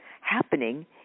happening